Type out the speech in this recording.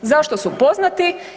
Zašto su poznati?